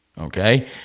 Okay